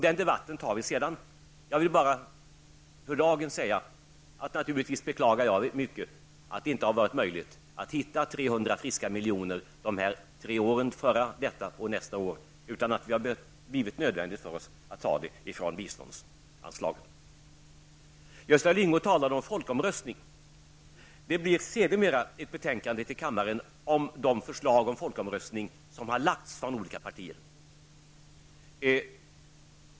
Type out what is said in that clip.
Den debatten tar vi sedan. Jag vill bara för dagen säga att jag naturligtvis mycket beklagar att det inte har varit möjligt att hitta 300 friska miljoner de här åren -- förra, detta och nästa år -- utan att vi har varit tvungna att ta pengarna från biståndsanslagen. Gösta Lyngå talade om folkomröstning. Det blir sedermera ett betänkande till kammaren om de förslag om folkomröstning som har lagts från olika partier.